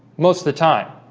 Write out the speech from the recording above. most the time